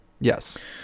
Yes